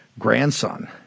grandson